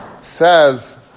says